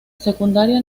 secundaria